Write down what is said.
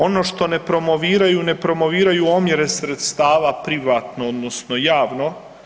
Ono što ne promoviraju ne promoviraju omjere sredstava privatno odnosno javno.